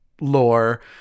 lore